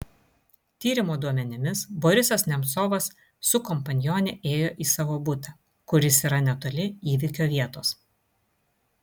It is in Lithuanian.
tyrimo duomenimis borisas nemcovas su kompanione ėjo į savo butą kuris yra netoli įvykio vietos